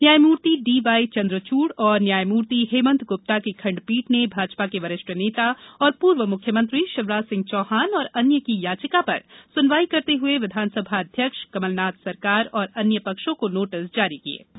न्यायमूर्ति D Y Chandrachud और न्यायमूर्ति हेमन्त गुप्ता की खंडपीठ ने भाजपा के वरिष्ठ नेता और पूर्व मुख्यमंत्री शिवराज सिंह चौहान और अन्य की याचिका पर सुनवाई करते हुए विधानसभा अध्यक्ष कमलनाथ सरकार और अन्य पक्षों को नोटिस जारी किये गये